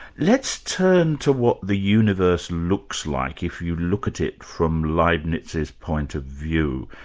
let's turn to what the universe looks like if you look at it from leibnitz's point of view.